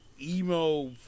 emo